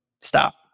Stop